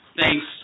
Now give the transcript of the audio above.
Thanks